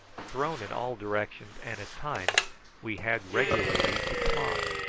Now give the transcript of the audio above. thrown in all directions, and at times we had regularly to climb.